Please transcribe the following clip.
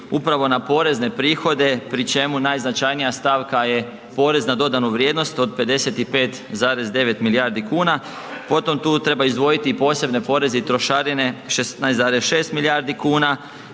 upravo na porezne prihode pri čemu najznačajnija stavka je PDV od 55,9 milijardi kuna, potom tu treba izdvojiti i posebne poreze i trošarine 16,6 milijardi kuna,